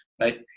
Right